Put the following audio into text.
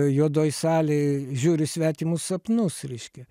juodoj salėj žiūri svetimus sapnus reiškia